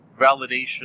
validation